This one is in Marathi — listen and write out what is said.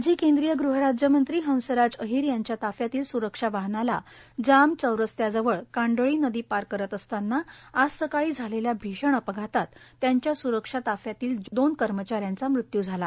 माजी केंद्रीय गृहराज्यमंत्री हंसराज अहिर यांच्या ताफ्यातील स्रक्षा वाहनाला जाम चौरस्त्याजवळ कांडळी नदी पार करीत असतांना आज सकाळी झालेल्या भीषण अपघातात त्यांच्या स्रक्षा ताफ्यातील दोन कर्मचाऱ्यांचा मृत्यू झाला